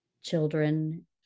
children